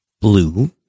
blue